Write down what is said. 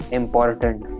important